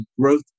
growth